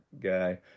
guy